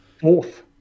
Fourth